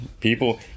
People